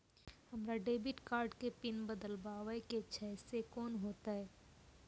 हमरा debit card के PIN बदलबावै के छैं से कौन होतै?